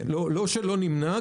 לא רק לא נמנע.